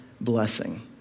blessing